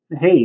Hey